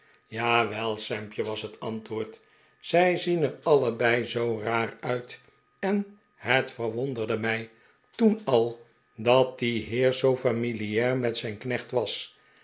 jawel sampje was het antwoord zij zien er allebei zoo raar uit en het verwonderde mij toen al dat die heer zoo familiaar met zijn knecht was